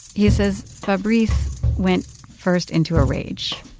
he says fabrice went first into a rage,